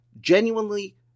genuinely